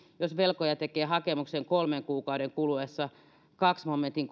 jos velkoja tekee hakemuksen kolmen kuukauden kuluessa toisen momentin